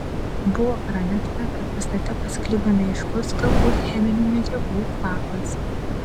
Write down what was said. buvo pranešta kad pastate pasklido neaiškus galbūt cheminių medžiagų kvapas